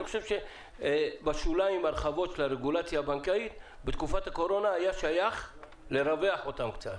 אני חושב שבשוליים הרחבים של הרגולציה הבנקאית היה שייך לרווח אותם קצת.